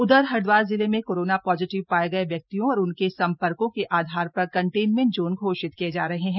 उधर हरिद्वार जिले में कोरोना पॉजीटिव पाये गये व्यक्तियों और उनके सम्पर्को के आधार पर कंटेनमेंट जोन घोषित किये जा रहे हैं